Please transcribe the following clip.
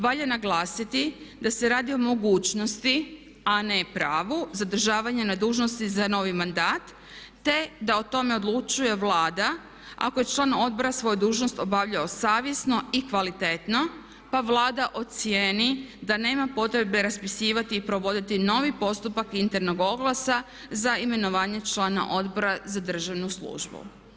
Valja naglasiti da se radi o mogućnosti a ne pravu zadržavanja na dužnosti za novi mandat te da o tome odlučuje Vlade ako je član odbora svoju dužnost obavljao savjesno i kvalitetno pa Vlada ocjeni da nema potrebe raspisivati i provoditi novi postupak internog oglasa za imenovanje člana Odbora za državnu službu.